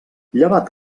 llevat